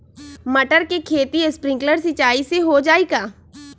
मटर के खेती स्प्रिंकलर सिंचाई से हो जाई का?